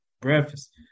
breakfast